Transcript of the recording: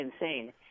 insane